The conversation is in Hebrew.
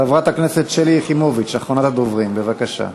חברת הכנסת שלי יחימוביץ, אחרונת הדוברים, בבקשה.